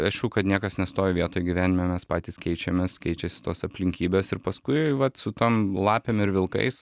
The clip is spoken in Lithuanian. aišku kad niekas nestovi vietoj gyvenime mes patys keičiamės keičiasi tos aplinkybės ir paskui vat su tom lapėm ir vilkais